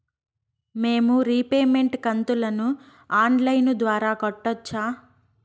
మేము రీపేమెంట్ కంతును online ద్వారా కట్టొచ్చా